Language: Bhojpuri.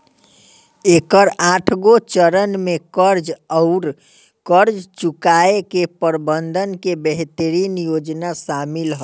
एकर आठगो चरन में कर्ज आउर कर्ज चुकाए के प्रबंधन के बेहतरीन योजना सामिल ह